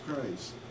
Christ